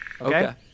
Okay